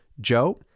Joe